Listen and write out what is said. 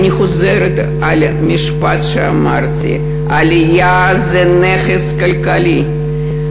אני חוזרת על המשפט שאמרתי: עלייה זה נכס כלכלי,